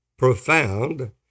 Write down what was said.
profound